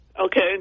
okay